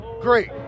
great